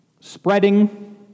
spreading